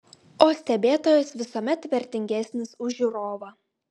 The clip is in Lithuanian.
o stebėtojas visuomet vertingesnis už žiūrovą